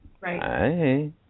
Right